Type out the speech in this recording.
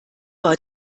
war